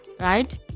right